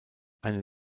eine